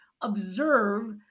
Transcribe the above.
observe